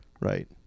right